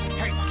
hey